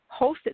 hosted